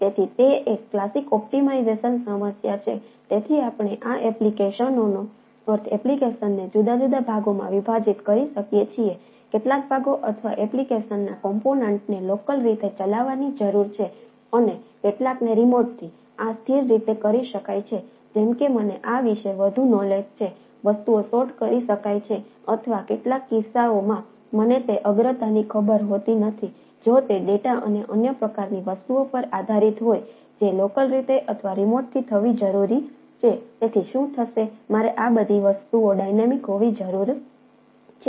તેથી તે એક ક્લાસિક ઓપ્ટિમાઇઝેશન હોવાની જરૂર છે